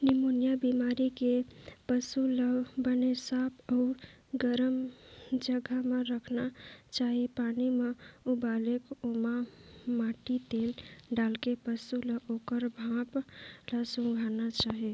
pneumonia बेमारी के पसू ल बने साफ अउ गरम जघा म राखना चाही, पानी ल उबालके ओमा माटी तेल डालके पसू ल ओखर भाप ल सूंधाना चाही